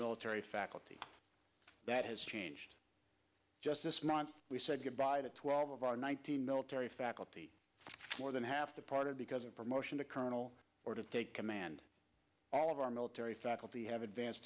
military faculty that has changed just this month we said goodbye to twelve of our one thousand military faculty more than half departed because of promotion to colonel or to take command all of our military faculty have advanced